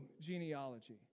genealogy